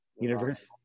universe